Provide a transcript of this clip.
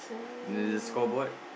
the the scoreboard